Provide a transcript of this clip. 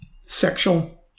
sexual